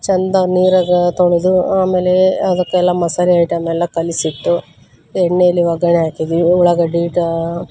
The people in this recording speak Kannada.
ಛಂದ ನೀರಾಗ ತೊಳೆದು ಆಮೇಲೆ ಅದಕ್ಕೆಲ್ಲ ಮಸಾಲೆ ಐಟಮ್ಮೆಲ್ಲ ಕಲಿಸಿಟ್ಟು ಎಣ್ಣೆಯಲ್ಲಿ ಒಗ್ಗರಣೆ ಹಾಕಿದಿವಿ ಉಳ್ಳಾಗಡ್ಡೆ ಟ